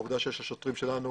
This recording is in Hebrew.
העובדה שיש לשוטרים שלנו